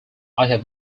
i’ve